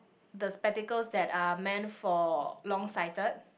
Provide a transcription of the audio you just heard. the spectacles that are meant for long sighted